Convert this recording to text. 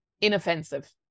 inoffensive